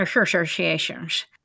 associations